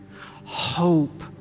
hope